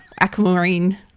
aquamarine